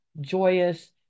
joyous